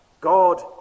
God